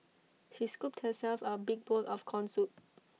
she scooped herself A big bowl of Corn Soup